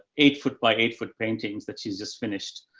eight foot by eight foot paintings that she's just finished.